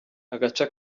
agaca